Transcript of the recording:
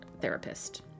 therapist